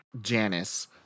Janice